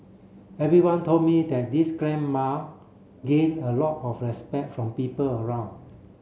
everyone told me that this grandma gain a lot of respect from people around